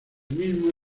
mismo